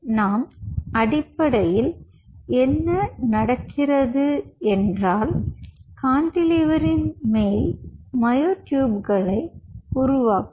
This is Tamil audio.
எனவே நாம் அடிப்படையில் என்ன நடக்கிறது என்றால் கான்டிலீவரின் மேல் மயோட்யூப்களை உருவாக்கும்